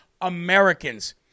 Americans